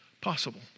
possible